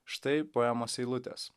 štai poemos eilutės